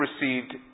received